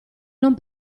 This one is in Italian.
non